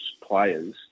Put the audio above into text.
players